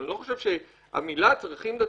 אבל אני לא חושב שהמילה "צרכים דתיים"